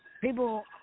people